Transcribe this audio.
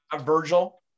Virgil